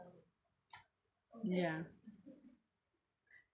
ya